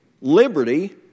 liberty